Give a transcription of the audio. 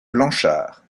blanchard